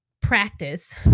practice